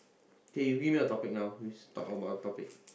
okay you read me a topic now please talk about a topic